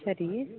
ಸರಿ